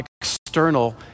external